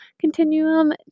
continuum